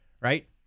right